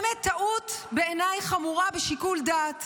באמת טעות חמורה בעיניי בשיקול הדעת